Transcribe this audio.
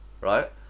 right